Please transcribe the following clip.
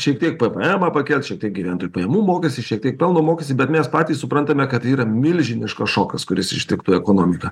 šiek tiek pevemą pakelt šiek tiek gyventojų pajamų mokestį šiek tiek pelno mokestį bet mes patys suprantame kad yra milžiniškas šokas kuris ištiktų ekonomiką